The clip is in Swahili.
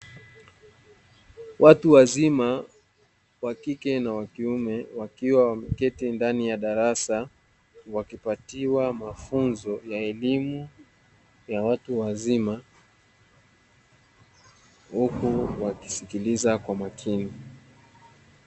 Watu wazima wa kike na wa kiume wakiwa wameketi ndani ya darasa wakipatiwa mafunzo ya elimu ya watu wazima huku wakisikiliza kwa makini.